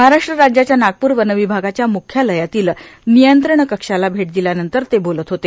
महाराष्ट्र राज्याच्या नागपूर वन विभागाच्या मुख्यालयातील नियंत्रण कक्षाला भेट दिल्यानंतर ते बोलत होते